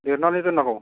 लिरनानै दोननांगौ